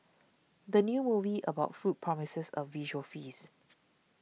the new movie about food promises a visual feast